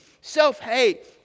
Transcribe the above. self-hate